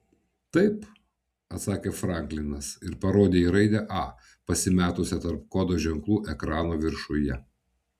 taip atsakė franklinas ir parodė į raidę a pasimetusią tarp kodo ženklų ekrano viršuje